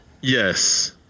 Yes